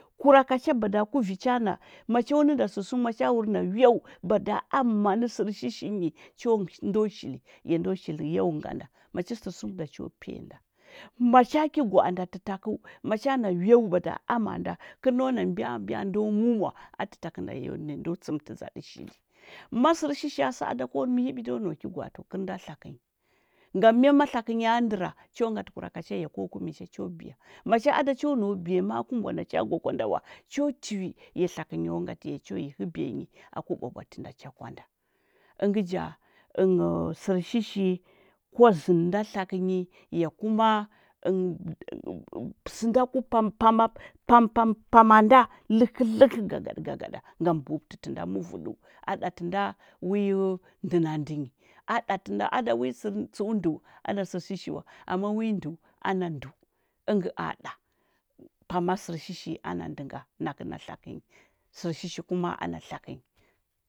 Kurara kanda mada kuvi chana ma cho nɚnda sɚr sɚma madna wew mada anau sɚr shi shi nyi cho ngɚ ndo shili ya ndo shili yau ganda, macha sɚr sɚmɚ da cho piya nda macha ki gwaanda tɚtakɚu macha na wew mada ama nda kɚr ndo na na mbia-mbia ndo nowa a atɚ takɚ nda ya ndo tsɚmɚtɚ dzdɚ shili ma sɚr shishi sah ada ko mihibi do nau ki gwa’ati wa kɚl tlakɚnyi ngam mya ma tlakɚ nya ndɚra cho ngatɚ kuraka cha ya ko kumi cha cho biya macha ada cho nau biya ma’a ka mbwanda cha gwakwa nda wa, cho tiwi ya tlakɚnyo ngati ya cho yi hɚbiya nyi aku ɓwa ɓwatɚ nda cha kwa nda ɚngɚ ja, ɚnghɚu sɚr shishi kwa zɚndɚ nda tlakɚnyi ya kuma sɚnda ku pam pam pama nda lɚhɚ lɚhɚ gagaɗa gagaɗa ngam bu’utɚ tɚnda muvu dɚu a ɗatɚ nda wi ndɚna ndɚ nyi aɗa tɚnda ada wi tsɚu ndɚu a sɚr shishi wa, ama wi ndɚu ana ndɚu ɚngɚ a ɗa pama sɚr shi shi ana ndɚ nga nakɚ na tlakɚnyi sɚr shishi kuma ana tlakɚny.